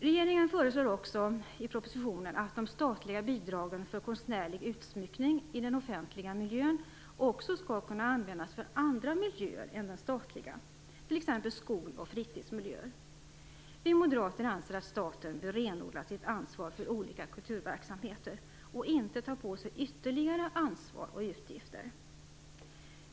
Regeringen föreslår också i propositionen att de statliga bidragen för konstnärlig utsmyckning i den offentliga miljön skall kunna användas för andra miljöer än de statliga, t.ex. skol och fritidsmiljöer. Vi moderater anser att staten bör renodla sitt ansvar för olika kulturverksamheter och inte ta på sig ytterligare ansvar och utgifter.